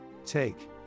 Take